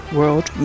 World